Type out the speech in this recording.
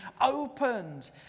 opened